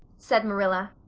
said marilla.